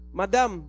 madam